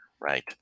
Right